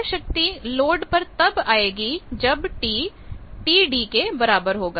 तो यह शक्ति लोड पर तब आएगी जब t Td होगा